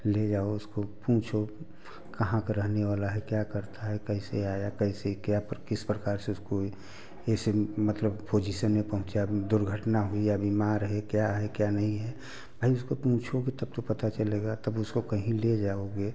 ले जाओ उसको पूछो कहाँ का रहने वाला है क्या करता है कैसे आया कैसे क्या पर किस प्रकार से उसको ऐसे मतलब पोजीसन में पहुँचा दुर्घटना हुई या बीमार है क्या है क्या नहीं है भई उसको पूछोगे तब तो पता चलेगा तब उसको कहीं ले जाओगे